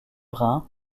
rhin